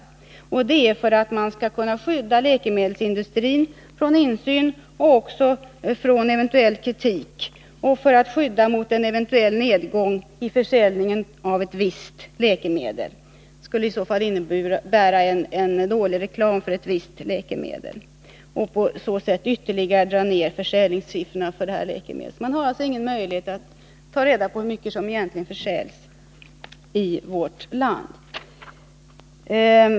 Anledningen till detta är att man skall kunna skydda läkemedelsindustrin från insyn, eventuell kritik och en nedgång i försäljningen av ett visst läkemedel. En låg försäljningssiffra skulle kunna innebära dålig reklam för ett visst läkemedel och på så sätt ytterligare dra ned försäljningssiffrorna för detta läkemedel. Vi har alltså inte någon möjlighet att ta reda på hur mycket läkemedel som försäljs i vårt land.